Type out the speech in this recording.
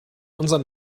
unseren